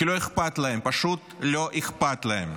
כי לא אכפת להם, פשוט לא אכפת להם.